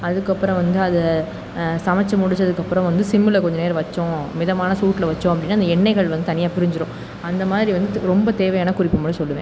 அதுக்கப்பறம் வந்து அது சமைச்சு முடிச்சதுக்கப்புறம் வந்து சிம்மில் கொஞ்சம் நேரோம் வெச்சோம் மிதமான சூட்டில் வெச்சோம் அப்படினா இந்த எண்ணெய்கள் வந்து தனியாக பிரிஞ்சிடும் அந்த மாதிரி வந்து ரொம்ப தேவையான குறிப்பு மட்டும் சொல்லுவேன்